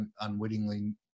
unwittingly